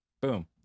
Boom